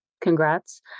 congrats